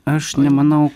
aš nemanau